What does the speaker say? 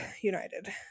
United